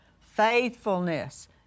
faithfulness